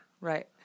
Right